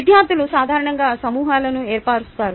విద్యార్థులు సాధారణంగా సమూహాలను ఏర్పరుస్తారు